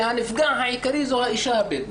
והנפגע העיקרי זה האישה הבדואית,